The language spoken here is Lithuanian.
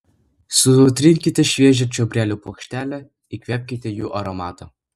sutrinkite šviežią čiobrelių puokštelę įkvėpkite jų aromatą